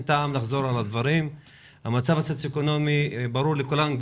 המצב הסוציו-אקונומי ברור לכולנו,